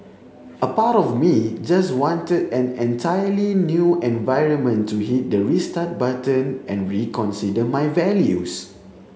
a part of me just wanted an entirely new environment to hit the restart button and reconsider my values